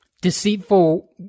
Deceitful